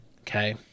Okay